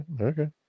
Okay